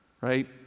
Right